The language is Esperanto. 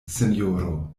sinjoro